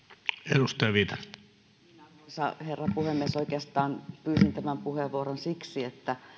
arvoisa herra puhemies oikeastaan pyysin tämän puheenvuoron siksi että